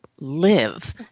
live